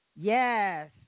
Yes